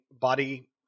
body